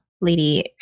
lady